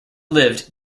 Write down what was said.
lived